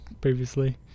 previously